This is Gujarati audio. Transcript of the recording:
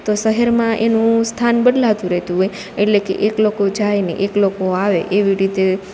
તો સહેરમાં એનું સ્થાન બદલાતું રેતું હોય એટલે કે એક લોકો જાય ને એક લોકો આવે એવી રીતે